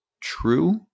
true